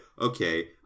okay